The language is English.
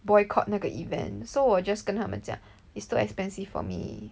boycott 那个 event so 我 just 跟他们讲 its too expensive for me